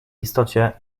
istocie